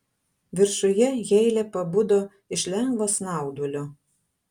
viršuje heile pabudo iš lengvo snaudulio